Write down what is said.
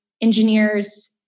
engineers